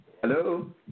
Hello